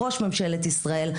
ראש ממשלת ישראל,